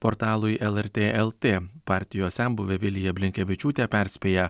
portalui lrt lt partijos senbuvė vilija blinkevičiūtė perspėja